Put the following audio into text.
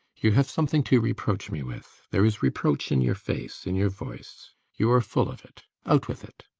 you have something to reproach me with. there is reproach in your face, in your voice you are full of it. out with it.